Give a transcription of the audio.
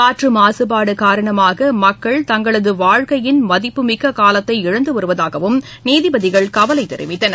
காற்று மாசுபாடு காரணமாக மக்கள் தங்களது வாழ்க்கையின் மதிப்புமிக்க காலத்தை இழந்துவருவதாகவும் நீதிபதிகள் கவலை தெரிவித்தனர்